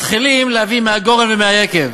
מתחילים להביא מן הגורן ומן היקב.